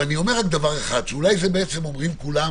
אבל אני אומר דברים שאולי אומרים כולם